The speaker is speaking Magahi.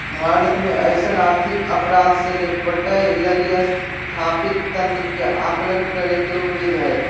भारत में अइसन आर्थिक अपराध से निपटय लगी स्थापित तंत्र के आकलन करेके उम्मीद हइ